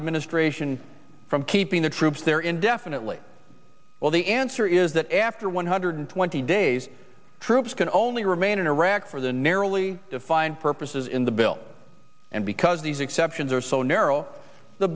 administration from keeping the troops there indefinitely well the answer is that after one hundred twenty days troops can only remain in iraq for the narrowly defined purpose in the bill and because these exceptions are so narrow the